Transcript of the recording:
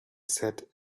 sat